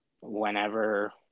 whenever